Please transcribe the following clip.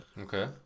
Okay